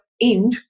end